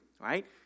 right